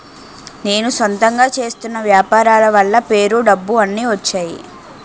నేను సొంతంగా చేస్తున్న వ్యాపారాల వల్ల పేరు డబ్బు అన్ని వచ్చేయి